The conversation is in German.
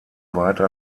weiter